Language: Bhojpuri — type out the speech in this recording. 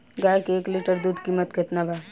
गाय के एक लीटर दूध कीमत केतना बा?